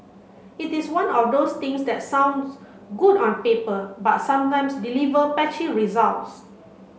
it is one of those things that sounds good on paper but sometimes deliver patchy results